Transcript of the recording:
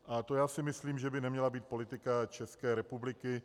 A to já si myslím, že by neměla být politika České republiky.